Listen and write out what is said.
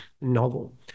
novel